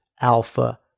alpha